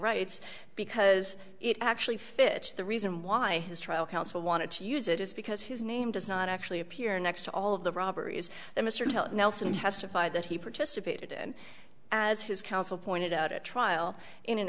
rights because it actually fits the reason why his trial counsel wanted to use it is because his name does not actually appear next to all of the robberies that mr patel nelson testified that he participated and as his counsel pointed out at trial in an